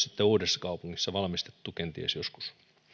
sitten myös uudessakaupungissa valmistettu kenties joskus